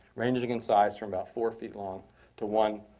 ranging in size from about four feet long to one,